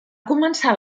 començar